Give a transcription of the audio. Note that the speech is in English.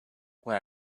when